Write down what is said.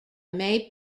may